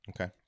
Okay